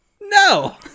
No